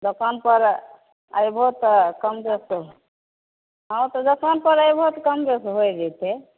दोकान पर अयबहो तऽ कम बेस तऽ हॅं तऽ दोकान पर अयबहो तऽ कम बेस होइ जइतै